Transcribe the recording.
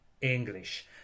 English